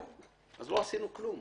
אז לא עשינו כלום.